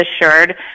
assured